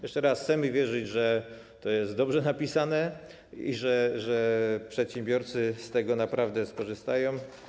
Jeszcze raz: chcemy wierzyć, że to jest dobrze napisane i że przedsiębiorcy z tego naprawdę skorzystają.